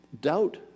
doubt